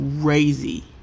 crazy